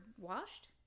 washed